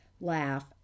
laugh